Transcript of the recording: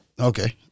Okay